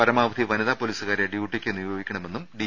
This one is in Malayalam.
പരമാവധി വനിതാ പൊലീസുകാരെ ഡ്യൂട്ടിക്ക് നിയോഗിക്കണമെന്നും ഡി